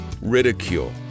Ridicule